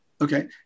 Okay